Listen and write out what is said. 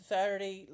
Saturday